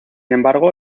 embargo